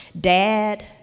dad